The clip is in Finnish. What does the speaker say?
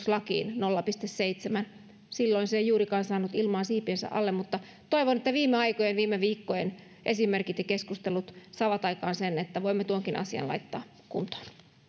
lakiin nolla pilkku seitsemännen silloin se ei juurikaan saanut ilmaa siipiensä alle mutta toivon että viime aikojen viime viikkojen esimerkit ja keskustelut saavat aikaan sen että voimme tuonkin asian laittaa kuntoon